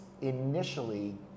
initially